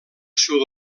sud